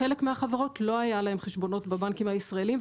לחלק מהחברות לא היו חשבונות בבנקים הישראליים,